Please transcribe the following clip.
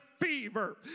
fever